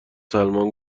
سلمان